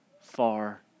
far